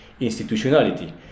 institutionality